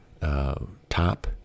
top